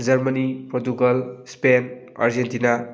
Germany Portugal Spain Argentina